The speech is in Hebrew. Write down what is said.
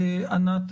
ענת,